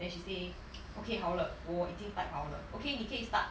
then she say okay 好了我已经 type 好了 ok 你可以 start